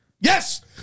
Yes